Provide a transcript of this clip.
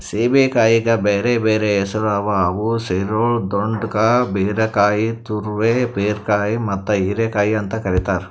ಸೇಬೆಕಾಯಿಗ್ ಬ್ಯಾರೆ ಬ್ಯಾರೆ ಹೆಸುರ್ ಅವಾ ಅವು ಸಿರೊಳ್, ದೊಡ್ಕಾ, ಬೀರಕಾಯಿ, ತುರೈ, ಪೀರ್ಕಂಕಿ ಮತ್ತ ಹೀರೆಕಾಯಿ ಅಂತ್ ಕರಿತಾರ್